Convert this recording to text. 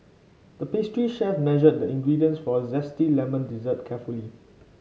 the pastry chef measured the ingredients for a zesty lemon dessert carefully